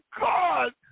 God